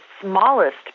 smallest